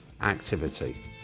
activity